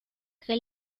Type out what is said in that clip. que